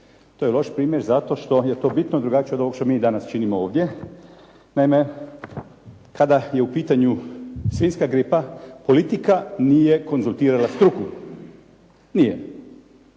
To je loš primjer zato što je to bitno drugačije od ovog što mi danas činimo ovdje. Naime, kada je u pitanju svinjska gripa politika nije konzultirala struku. Nije.